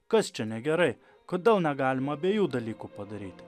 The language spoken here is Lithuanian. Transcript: kas čia negerai kodėl negalime abiejų dalykų padaryti